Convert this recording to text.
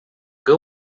que